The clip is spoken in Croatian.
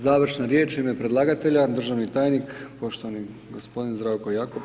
Završna riječ u ime predlagatelja državni tajnik poštovani gospodin Zdravko Jakop.